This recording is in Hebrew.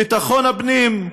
ביטחון הפנים?